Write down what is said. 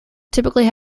typically